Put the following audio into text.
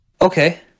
okay